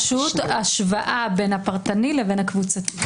השוואה בין הפרטני לקבוצתי.